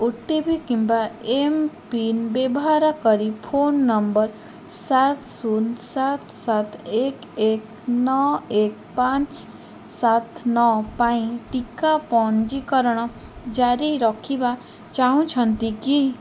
ଓ T P କିମ୍ବା mPIN ବ୍ୟବହାର କରି ଫୋନ୍ ନମ୍ବର୍ ସାତ ଶୂନ ସାତ ସାତ ଏକ ଏକ ନଅ ଏକ ପାଞ୍ଚ ସାତ ନଅ ପାଇଁ ଟିକା ପଞ୍ଜୀକରଣ ଜାରି ରଖିବା ଚାହୁଁଛନ୍ତି କି